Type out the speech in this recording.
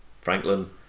franklin